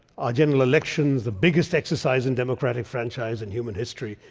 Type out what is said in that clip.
our general elections, the biggest exercise in democratic franchise in human history.